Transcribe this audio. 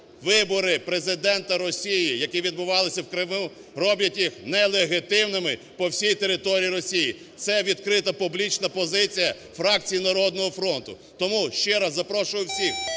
вибори Президента Росії, які відбувалися в Криму, роблять їх не легітимними по всій території Росії. Це відкрита публічна позиція фракції "Народного фронту". Тому ще раз запрошую всіх